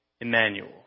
Emmanuel